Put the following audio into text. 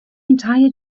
entire